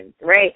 right